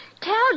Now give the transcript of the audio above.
tell